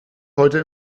heute